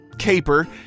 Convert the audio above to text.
Caper